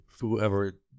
whoever